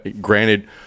granted